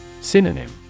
Synonym